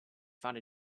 found